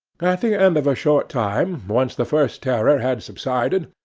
at the end of a short time, once the first terror had subsided,